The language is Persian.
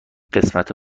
قسمت